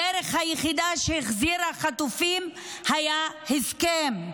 הדרך היחידה שהחזירה חטופים הייתה הסכם.